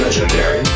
Legendary